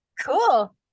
Cool